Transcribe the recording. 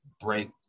break